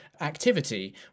activity